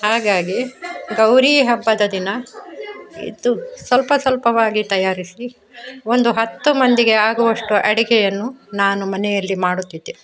ಹಾಗಾಗಿ ಗೌರಿ ಹಬ್ಬದ ದಿನ ಇದು ಸ್ವಲ್ಪ ಸ್ವಲ್ಪವಾಗಿ ತಯಾರಿಸಿ ಒಂದು ಹತ್ತು ಮಂದಿಗೆ ಆಗುವಷ್ಟು ಅಡುಗೆಯನ್ನು ನಾನು ಮನೆಯಲ್ಲಿ ಮಾಡುತ್ತಿದ್ದೆ